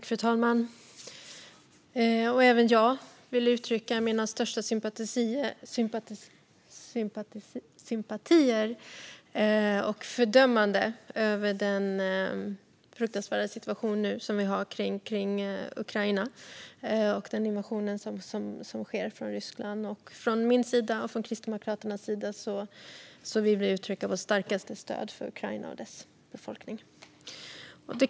Fru talman! Även jag vill uttrycka mina största sympatier när det gäller den fruktansvärda situationen i Ukraina och fördöma Rysslands invasion. Jag och Kristdemokraterna vill uttrycka vårt starkaste stöd för Ukraina och dess befolkning.